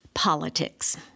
Politics